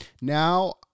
Now